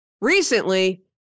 Recently